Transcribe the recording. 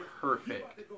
perfect